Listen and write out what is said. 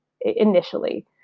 initially